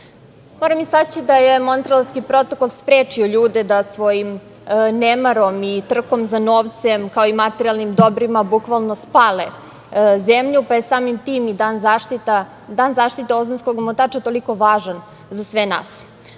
istaći da je Montrealski protokol sprečio ljude da svojim nemarom i trkom za novcem, kao i materijalnim dobrima, bukvalno spale zemlju, pa je samim tim i Dan zaštite ozonskog omotača toliko važan za sve